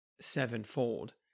sevenfold